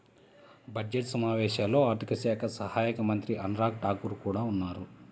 budget సమావేశాల్లో ఆర్థిక శాఖ సహాయక మంత్రి అనురాగ్ ఠాకూర్ కూడా ఉన్నారు